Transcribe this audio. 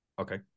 Okay